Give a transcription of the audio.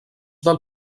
del